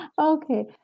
Okay